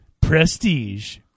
Prestige